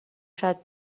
شاید